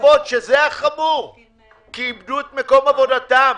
האוצר פה בוועדה שיביאו לנו תוכנית מפורטת איך הסכום הזה